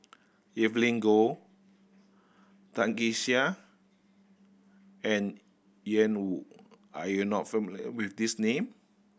Evelyn Goh Tan Kee Sek and Ian Woo are you not familiar with these name